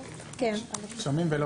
שומעים, לא